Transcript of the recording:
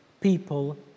people